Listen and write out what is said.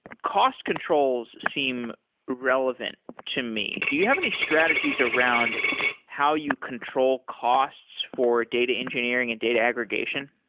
cost controls seem relevant to me. do you have any strategies around how you control costs for data engineering and data aggregation?